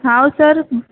how sir